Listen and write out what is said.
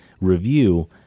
review